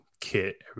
kit